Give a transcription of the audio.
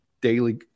daily